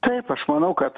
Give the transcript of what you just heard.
taip aš manau kad